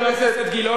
חבר הכנסת גילאון,